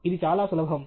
ఇది చాలా సులభం